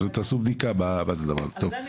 אז תעשו בדיקה בדבר הזה.